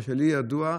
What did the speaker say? מה שלי ידוע,